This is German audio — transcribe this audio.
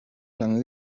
lange